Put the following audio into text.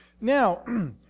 Now